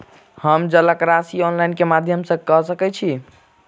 हम जलक राशि ऑनलाइन केँ माध्यम सँ कऽ सकैत छी?